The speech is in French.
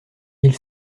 mille